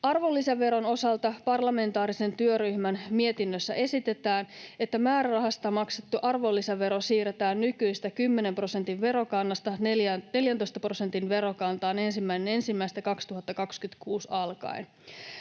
Arvonlisäveron osalta parlamentaarisen työryhmän mietinnössä esitetään, että määrärahasta maksettu arvonlisävero siirretään nykyisestä 10 prosentin verokannasta 14 prosentin verokantaan 1.1.2026 alkaen.